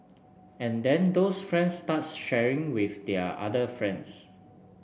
and then those friends start sharing with their other friends